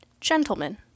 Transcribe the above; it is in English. Gentlemen